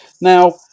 Now